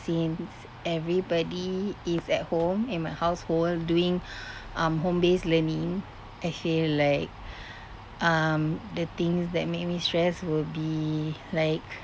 since everybody is at home in my household doing um home based learning I feel like um the things that make me stressed will be like